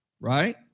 right